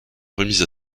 remise